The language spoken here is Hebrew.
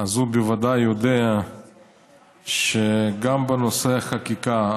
אז הוא בוודאי יודע שגם בנושא החקיקה,